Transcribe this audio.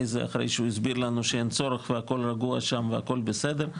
שהוא הסביר לנו שאין צורך והכל רגוע שהם והכל בסדר.